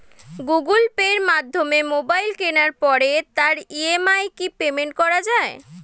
Google পের মাধ্যমে mobile কেনার পরে তার ই.এম.আই কি পেমেন্ট করা যায়?